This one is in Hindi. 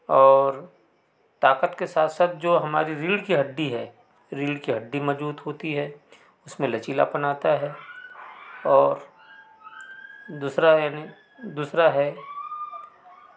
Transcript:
और ताकत के साथ साथ जो हमारी रीढ़ की हड्डी है रीढ़ की हड्डी मज़बूत होती है उसमें लचीलापन आता है और दूसरा यानि दूसरा है